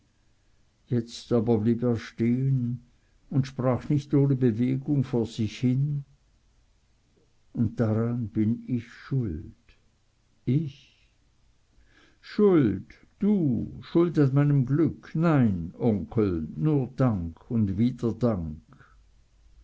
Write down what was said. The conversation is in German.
jetzt aber blieb er stehen und sprach nicht ohne bewegung vor sich hin und daran bin ich schuld ich schuld du schuld an meinem glück nein onkel nur dank und wieder dank